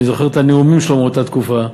ואני זוכר את הנאומים שלו מאותה תקופה.